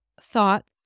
thoughts